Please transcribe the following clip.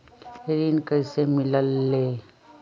ऋण कईसे मिलल ले?